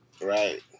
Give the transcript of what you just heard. Right